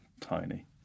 Tiny